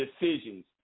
decisions